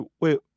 wait